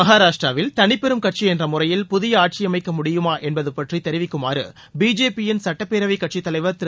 மகாராஷ்டிராவில் தளிப்பெரும் கட்சி என்ற முறையில் புதிய ஆட்சியமைக்க முடியுமா என்பது பற்றி தெரிவிக்குமாறு பிஜேபியின் சட்டப்பேரவை கட்சித் தலைவர் திரு